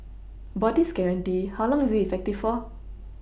about this guarantee how long is it effective for